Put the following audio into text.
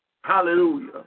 Hallelujah